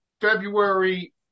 February